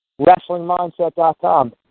wrestlingmindset.com